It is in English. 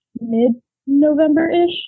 mid-November-ish